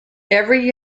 every